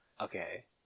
Okay